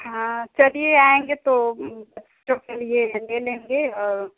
हाँ चलिए आएँगे तो बच्चों के लिए ले लेंगे और